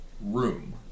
room